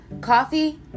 Coffee